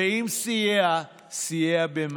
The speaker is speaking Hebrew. ואם סייע, סייע במעט.